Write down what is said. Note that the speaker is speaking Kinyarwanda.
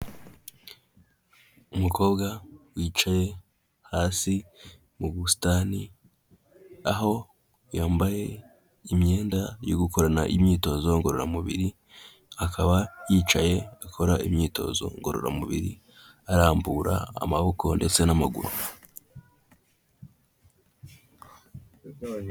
Umukobwa wicaye hasi mu busitani aho yambaye imyenda yo gukorana imyitozo ngororamubiri, akaba yicaye akora imyitozo ngororamubiri arambura amaboko ndetse n'amaguru.